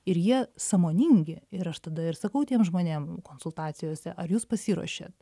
ir jie sąmoningi ir aš tada ir sakau tiem žmonėm konsultacijose ar jūs pasiruošėt